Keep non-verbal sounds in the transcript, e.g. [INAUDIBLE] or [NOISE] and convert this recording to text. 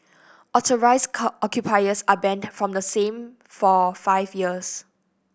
authorised [UNINTELLIGIBLE] occupiers are banned from the same for five years